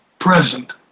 present